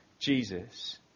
Jesus